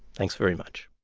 thanks very much